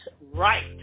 Right